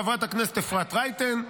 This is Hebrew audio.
חברת הכנסת אפרת רייטן,